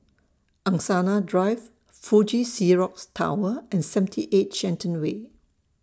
Angsana Drive Fuji Xerox Tower and seventy eight Shenton Way